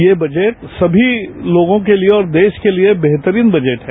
ये बजट सभी लोगों के लिए और देश के लिए बेहतरीन बजट है